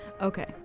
Okay